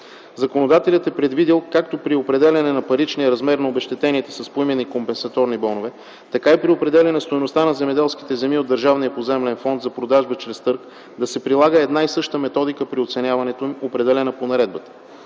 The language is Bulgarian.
Законодателят е предвидил както при определяне на паричния размер на обезщетенията с поименни компенсаторни бонове, така и при определяне на стойността на земеделските земи от Държавния поземлен фонд за продажба чрез търг да се прилага една и съща методика при оценяването им, определена по наредбата.